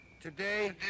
Today